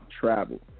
travel